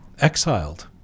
exiled